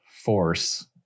force